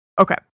Okay